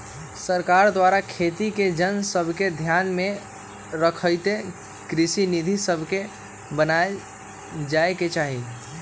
सरकार द्वारा खेती के जन सभके ध्यान में रखइते कृषि नीति सभके बनाएल जाय के चाही